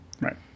Right